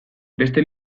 beste